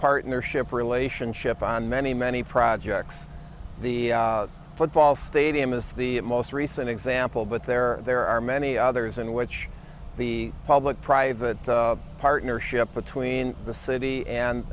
partnership relationship on many many projects the football stadium is the most recent example but there are there are many others in which the public private partnership between the city and